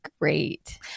great